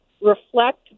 reflect